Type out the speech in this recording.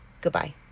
Goodbye